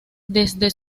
desde